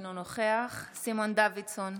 אינו נוכח סימון דוידסון,